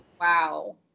Wow